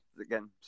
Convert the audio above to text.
again